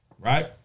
right